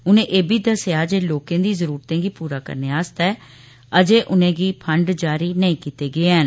उनें एहबी दस्सेया जे लोकें दी जरुरतें गी पूरा करने आस्तै अजें उनेंगी फंड जारी नेंई कीते गे हन